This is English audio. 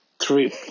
three